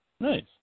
Nice